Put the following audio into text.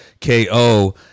KO